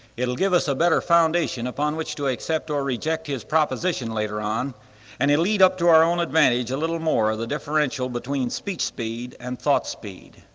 it'll give us a better foundation upon which to accept or reject his proposition later on and it'll lead up to our own advantage a little more of the differential between speech speed and thought speed.